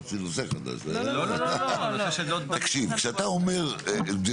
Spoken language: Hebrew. בעצם התכלית של הדבר הזה היא שבמתקני תשתית פעמים רבות